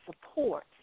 support